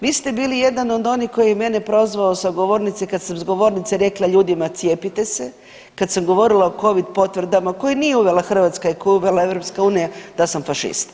Vi ste bili jedan od onih koji je mene prozvao sa govornice kad sam s govornice rekla ljudima cijepite se, kad sam govorila o covid potvrdama koje nije uvela Hrvatska i koje je uvela EU da sam fašist.